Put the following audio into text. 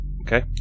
Okay